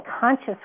conscious